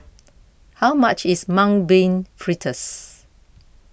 how much is Mung Bean Fritters